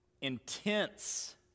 intense